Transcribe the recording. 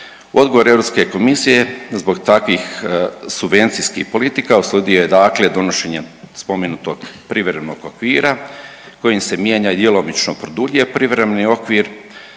Odgovor Europske komisije zbog takvih subvencijskih politika uslijedio je donošenjem novog privremenog okvira. Novim privremenim okvirom mijenja se i djelomično produlje privremeni okvir